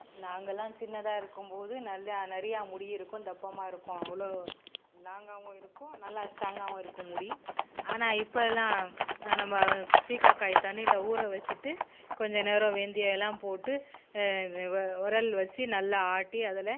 நாங்கெல்லாம் சின்னதாக இருக்கும் போது நல்லா நிறையா முடி இருக்கும் தப்பமாக இருக்கும் அவ்வளோ லாங்காகவும் இருக்கும் நல்லா ஸ்ட்ராங்காகவும் இருக்கும் முடி ஆனால் இப்போ எல்லாம் நம்ம சீகக்காய் தண்ணியில் ஊற வச்சுட்டு கொஞ்சம் நேரம் வெந்தியமெல்லாம் போட்டு உரல் வச்சு நல்லா ஆட்டி அதில்